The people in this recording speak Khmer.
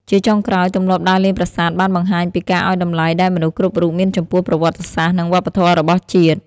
ជាចុងក្រោយ ទម្លាប់ដើរលេងប្រាសាទបានបង្ហាញពីការឱ្យតម្លៃដែលមនុស្សគ្រប់រូបមានចំពោះប្រវត្តិសាស្ត្រនិងវប្បធម៌របស់ជាតិ។